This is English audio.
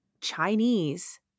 chinese